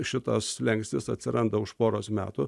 šitas slenkstis atsiranda už poros metų